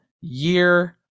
year